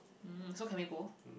um so can we go